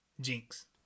Jinx